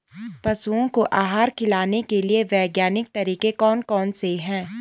पशुओं को आहार खिलाने के लिए वैज्ञानिक तरीके कौन कौन से हैं?